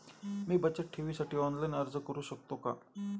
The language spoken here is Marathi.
मी बचत ठेवीसाठी ऑनलाइन अर्ज करू शकतो का?